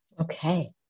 Okay